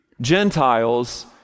Gentiles